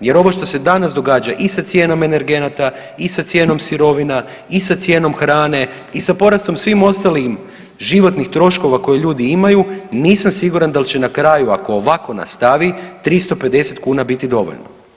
jer ovo što se danas događa i sa cijenama energenata i sa cijenom sirovina i sa cijenom hrane i sa porastom svih ostalih životnih troškova koje ljudi imaju nisam siguran da li će na kraju ako ovako nastavi 350 kuna biti dovoljno.